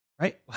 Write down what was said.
right